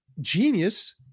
genius